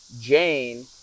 Jane